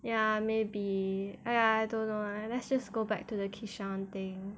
ya maybe !aiya! I don't know lah let's just go back to the kishan thing